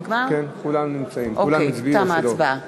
כולם נמצאים, כולם הצביעו או שלא.